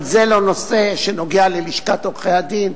אבל זה לא נושא שנוגע ללשכת עורכי-הדין.